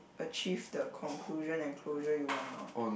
achieve the conclusion and closure you want ah